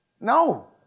No